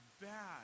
bad